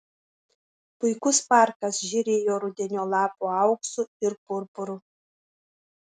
puikus parkas žėrėjo rudenio lapų auksu ir purpuru